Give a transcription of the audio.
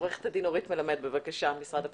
עורכת הדין אורית מלמד ממשרד הפנים,